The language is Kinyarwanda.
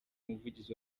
umuvugizi